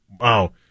Wow